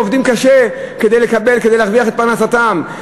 שעובדים קשה כדי להרוויח את פרנסתם?